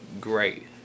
great